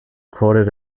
quoted